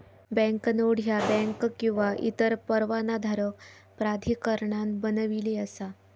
banknote ह्या bank किंवा इतर परवानाधारक प्राधिकरणान बनविली असा